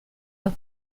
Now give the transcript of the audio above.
los